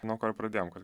nuo ko ir pradėjom kalbėt